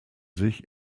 sich